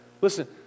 Listen